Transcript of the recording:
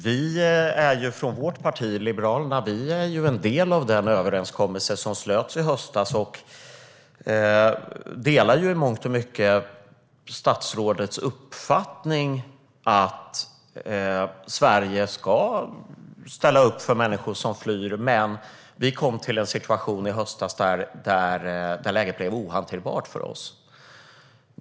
Herr talman! Liberalerna är en del av den överenskommelse som slöts i höstas, och vi delar i mångt och mycket statsrådets uppfattning att Sverige ska ställa upp för människor som flyr. Men Sverige kom till en situation i höstas där läget blev ohanterbart.